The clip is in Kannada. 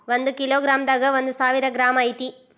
ಒಂದ ಕಿಲೋ ಗ್ರಾಂ ದಾಗ ಒಂದ ಸಾವಿರ ಗ್ರಾಂ ಐತಿ